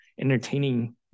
entertaining